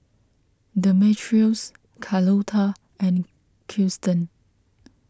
Demetrios Carlota and Kirsten